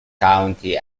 county